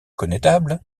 connétable